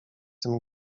tym